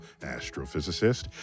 astrophysicist